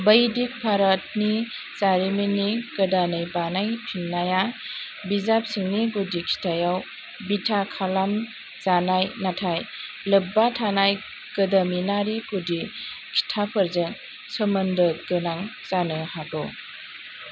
बैदिक भारतनि जारिमिननि गोदानै बानाय फिननाया बिजाब सिंनि गुदि खिथायाव बिथा खालाम जानाय नाथाय लोब्बा थानाय गोदोमिनारि गुदि खिथाफोरजों सोमोन्दो गोनां जानो हागौ